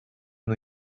new